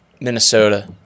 Minnesota